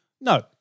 No